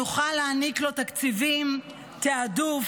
נוכל להעניק לו תקציבים ותיעדוף,